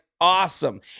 awesome